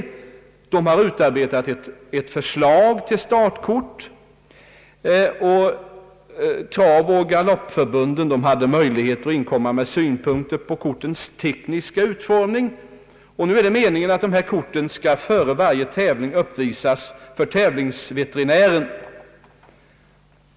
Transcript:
Styrelsen har utarbetat ett förslag, och travoch galoppförbunden hade möjlighet att inkomma med synpunkter på kortens tekniska utformning. Det är meningen att korten före varje tävling skall uppvisas för tävlingsveterinären.